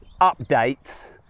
updates